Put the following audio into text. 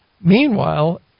Meanwhile